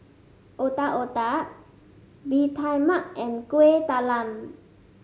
Otak Otak Bee Tai Mak and Kuih Talam